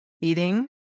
eating